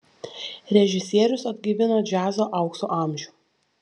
režisierius atgaivina džiazo aukso amžių